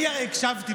הרי אני הקשבתי,